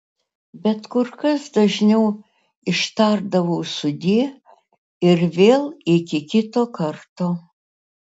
bet kur kas dažniau ištardavau sudie ir vėl iki kito karto